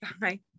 Bye